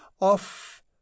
off